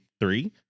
three